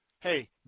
hey